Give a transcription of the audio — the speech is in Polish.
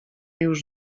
już